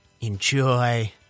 enjoy